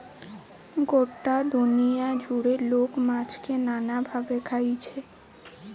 গটা দুনিয়া জুড়ে লোক মাছকে নানা ভাবে খাইছে